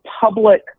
public